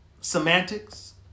semantics